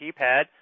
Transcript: keypad